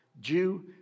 Jew